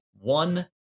one